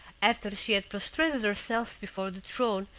after she had prostrated herself before the throne,